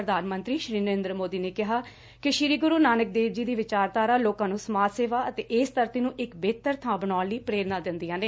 ਪ੍ਰਧਾਨ ਮੰਤਰੀ ਸ੍ਰੀ ਨਰੇਂਦਰ ਮੋਦੀ ਨੇ ਕਿਹਾ ਕਿ ਸ੍ਰੀ ਗੁਰੂ ਨਾਨਕ ਦੇਵ ਜੀ ਦੀ ਵਿਚਾਰਧਾਰਾ ਲੋਕਾਂ ਨੂੰ ਸਮਾਜ ਸੇਵਾ ਅਤੇ ਏਸ ਧਰਤੀ ਨੂੰ ਇਕ ਬੇਹਤਰ ਥਾਂ ਬਨਾਉਣ ਲਈ ਪ੍ਰੇਰਨਾ ਦਿੰਦੀਆਂ ਨੇ